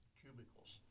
cubicles